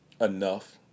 enough